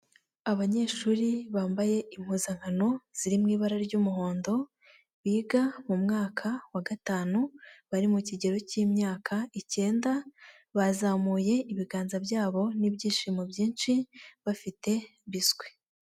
Abanyeshuri bambaye impuzankano ziri mu ibara ry'umuhondo biga mu mwaka wa gatanu bari mu kigero cy'imyaka icyenda bazamuye ibiganza byabo n'ibyishimo byinshi bafite biswi.